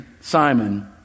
Simon